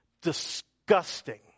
disgusting